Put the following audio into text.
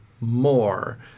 more